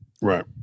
Right